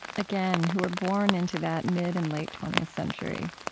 again, who were born into that mid and late twentieth century,